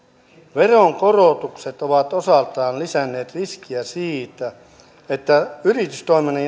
veronkorotukset ovat osaltaan lisänneet riskiä siitä että yritystoiminnan